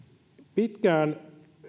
pitkään